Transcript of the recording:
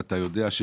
ואתה יודע,